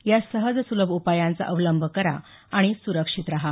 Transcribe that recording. या सहज सुलभ उपायांचा अवलंब करा आणि सुरक्षित रहा